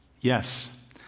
Yes